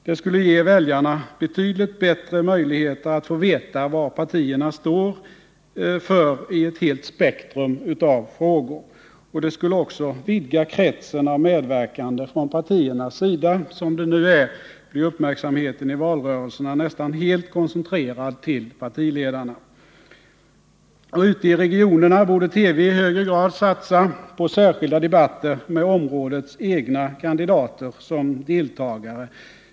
Det skulle ge väljarna betydligt bättre möjligheter att få veta vad partierna står för i ett helt spektrum av frågor. Och det skulle också vidga kretsen av medverkande från partiernas sida. Som det nu är blir uppmärksamheten i valrörelserna nästan helt koncentrerad till partiledarna. Ute i regionerna borde TV i högre grad satsa på särskilda debatter med områdets egna kandidater som deltagare.